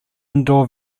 indoor